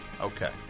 Okay